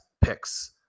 picks